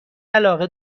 علاقه